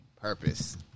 purpose